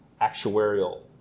actuarial